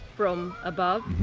from above,